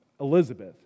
Elizabeth